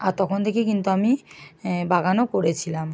আর তখন থেকে কিন্তু আমি বাগানও করেছিলাম